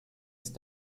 ist